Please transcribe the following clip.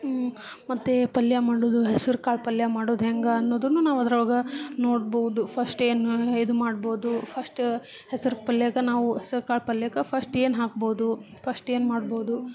ಮತ್ತೆ ಪಲ್ಯ ಮಾಡೋದು ಹೆಸರು ಕಾಳು ಪಲ್ಯ ಮಾಡೋದು ಹೆಂಗೆ ಅನ್ನೋದನ್ನು ನಾವು ಅದ್ರೊಳಗೆ ನೋಡ್ಬಹುದು ಫಶ್ಟ್ ಏನು ಇದು ಮಾಡಬೋದು ಫಶ್ಟ್ ಹೆಸರು ಪಲ್ಯಕ್ಕ ನಾವು ಹೆಸರು ಕಾಳು ಪಲ್ಯಕ್ಕೆ ಫಶ್ಟ್ ಏನು ಹಾಕ್ಬೋದು ಫಶ್ಟ್ ಏನು ಮಾಡ್ಬೋದು